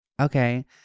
Okay